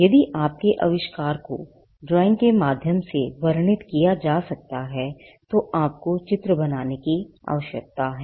यदि आपके आविष्कार को ड्राइंग के माध्यम से वर्णित किया जा सकता है तो आपको चित्र बनाने की आवश्यकता है